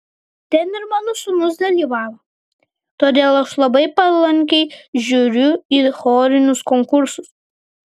ten ir mano sūnus dalyvavo todėl aš labai palankiai žiūriu į chorinius konkursus